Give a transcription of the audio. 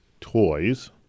toys